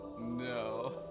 no